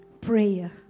prayer